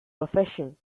profession